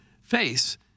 face